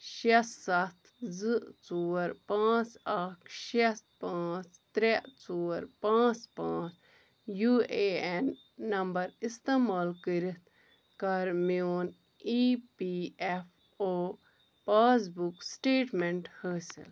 شےٚ ستھ زٕ ژور پانٛژھ اکھ شےٚ پانٛژھ ترٛےٚ ژور پانٛژھ پانٛژھ یوٗ اے ایٚن نمبر استعمال کٔرِتھ کر میٚون E P F O passbook statement حٲصِل